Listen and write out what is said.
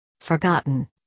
Forgotten